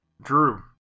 Drew